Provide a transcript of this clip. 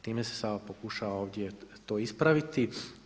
Time se sada pokušava ovdje to ispraviti.